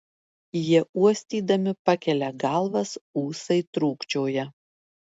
jie uostydami pakelia galvas ūsai trūkčioja